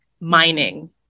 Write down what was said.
mining